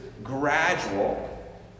gradual